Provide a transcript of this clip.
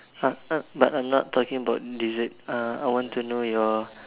uh uh but I am not talking about dessert I want to know your